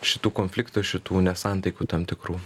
šitų konfliktų šitų nesantaikų tam tikrų